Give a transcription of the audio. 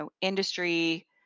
industry